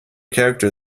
character